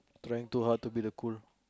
trying too hard to be the cool